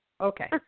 okay